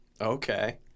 Okay